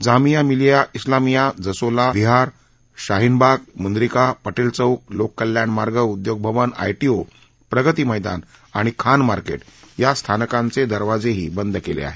जामिया मिलिया इस्लामिया जसोला विहार शाहीन बाग मुनरिका पक्रि चौक लोक कल्याण मार्ग उद्योग भवन आयाीओ प्रगती मैदान आणि खान मार्केंध्या स्थानकांचे दरवाजेही बंद केले आहेत